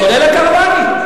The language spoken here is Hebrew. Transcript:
כולל הקרוונים.